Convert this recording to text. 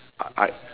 I I